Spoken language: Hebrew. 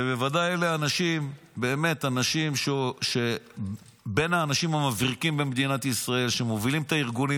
ובוודאי הם בין האנשים המבריקים במדינת ישראל שמובילים את הארגונים.